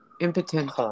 impotent